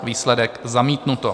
Výsledek: zamítnuto.